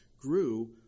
grew